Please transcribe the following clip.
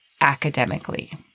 academically